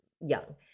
young